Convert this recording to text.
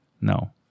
No